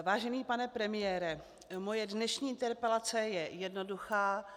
Vážený pane premiére, moje dnešní interpelace je jednoduchá.